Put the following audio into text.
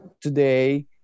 today